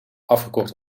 afgekort